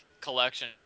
collection